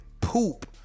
poop